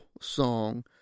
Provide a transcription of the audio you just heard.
song